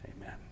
amen